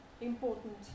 important